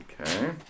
Okay